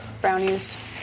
Brownies